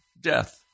death